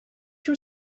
your